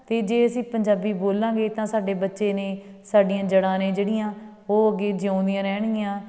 ਅਤੇ ਜੇ ਅਸੀਂ ਪੰਜਾਬੀ ਬੋਲਾਂਗੇ ਤਾਂ ਸਾਡੇ ਬੱਚੇ ਨੇ ਸਾਡੀਆਂ ਜੜ੍ਹਾਂ ਨੇ ਜਿਹੜੀਆਂ ਉਹ ਅੱਗੇ ਜਿਉਂਦੀਆਂ ਰਹਿਣਗੀਆਂ